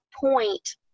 point